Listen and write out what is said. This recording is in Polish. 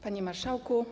Panie Marszałku!